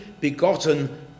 begotten